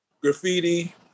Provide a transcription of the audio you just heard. graffiti